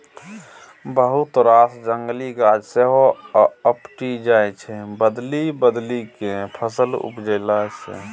बहुत रास जंगली गाछ सेहो उपटि जाइ छै बदलि बदलि केँ फसल उपजेला सँ